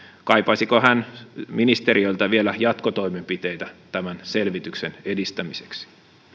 kaipaisiko hän ministeriöltä vielä jatkotoimenpiteitä tämän selvityksen edistämiseksi